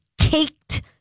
caked